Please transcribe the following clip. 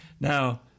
Now-